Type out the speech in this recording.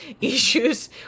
issues